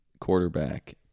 quarterback